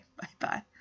Bye-bye